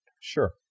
Sure